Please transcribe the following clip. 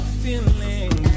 feeling